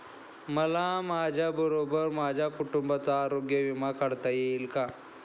मला माझ्याबरोबर माझ्या कुटुंबाचा आरोग्य विमा काढता येईल का?